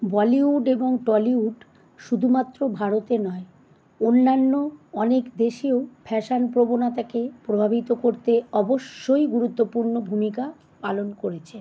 বলিউড এবং টলিউড শুধুমাত্র ভারতে নয় অন্যান্য অনেক দেশেও ফ্যাশন প্রবণতাকে প্রভাবিত করতে অবশ্যই গুরুত্বপূর্ণ ভূমিকা পালন করেছে